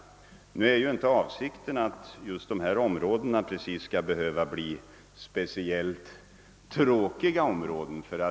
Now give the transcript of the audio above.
Avsikten är ju inte att dessa områden skall behöva bli tråkiga områden.